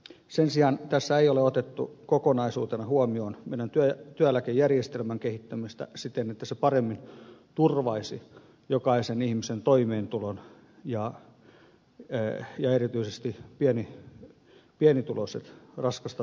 sen sijaan tässä ei ole otettu kokonaisuutena huomioon meidän työeläkejärjestelmämme kehittämistä siten että se paremmin turvaisi jokaisen ihmisen toimeentulon ja erityisesti pienituloisten raskasta työtä tekevien ihmisten